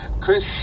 Chris